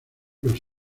los